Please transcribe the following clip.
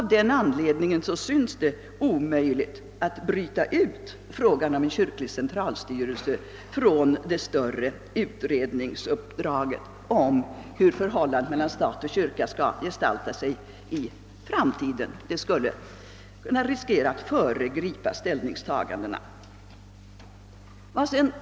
Av den anledningen synes det omöjligt att bryta ut spörsmål om en kyrklig centralstyrelse från den större utredningen om hur förhållandet mellan stat och kyrka skall gestalta sig i framtiden. Det skulle kunna riskera ett föregripande av ställningstagandena.